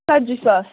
ژَتجۍ ساس